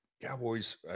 Cowboys